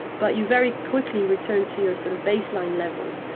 but you very quickly return to your sort of baseline level,